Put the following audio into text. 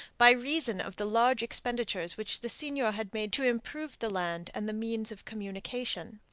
by reason of the large expenditures which the seigneur had made to improve the land and the means of communication.